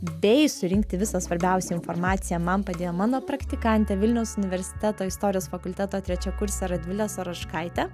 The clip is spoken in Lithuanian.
bei surinkti visą svarbiausią informaciją man padėjo mano praktikantė vilniaus universiteto istorijos fakulteto trečiakursė radvilė saročkaitė